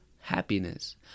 happiness